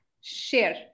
share